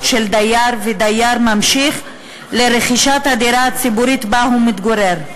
של דייר ודייר ממשיך לרכישת הדירה הציבורית שבה הוא מתגורר.